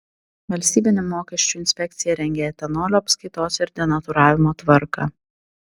valstybinė mokesčių inspekcija rengią etanolio apskaitos ir denatūravimo tvarką